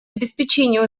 обеспечения